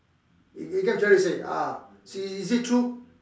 you get what am I trying to say ah see is it true